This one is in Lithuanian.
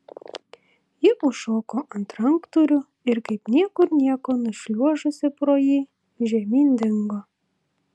ji užšoko ant ranktūrių ir kaip niekur nieko nušliuožusi pro jį žemyn dingo